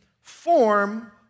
form